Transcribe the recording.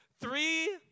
Three